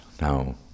Now